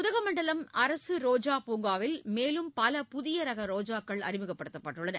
உதகமண்டலம் பூங்காவில் மேலும் பல புதியரகரோஜாக்கள் அறிமுகப்படுத்தப்பட்டுள்ளது